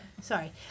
sorry